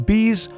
Bees